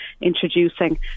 introducing